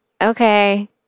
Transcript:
okay